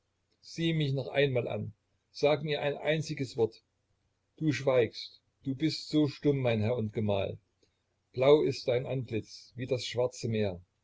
sieh mich noch einmal an sag mir ein einziges wort du schweigst du bist so stumm mein herr und gemahl blau ist dein antlitz wie das schwarze meer